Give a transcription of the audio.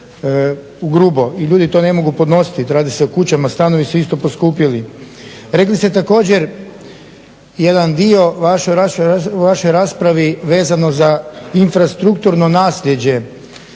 grubo i ljudi to ne mogu podnositi. Radi se o kućama, stanovi su isto poskupili. Rekli ste također jedan dio u vašoj raspravi vezano za infrastrukturno nasljeđe.